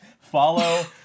follow